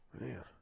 Man